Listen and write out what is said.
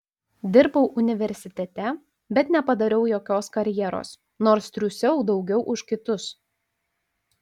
dirbau universitete bet nepadariau jokios karjeros nors triūsiau daugiau už kitus